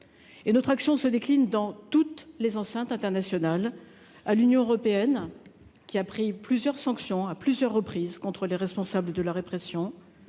Notre action se décline dans toutes les enceintes internationales, qu'il s'agisse de l'Union européenne, qui a pris des sanctions à plusieurs reprises contre les responsables de la répression,